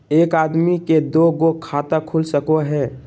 एक आदमी के दू गो खाता खुल सको है?